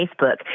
Facebook